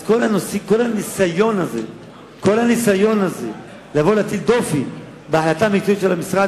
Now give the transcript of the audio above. אז כל הניסיון הזה לבוא ולהטיל דופי בהחלטה מקצועית של המשרד,